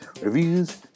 reviews